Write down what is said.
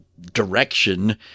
direction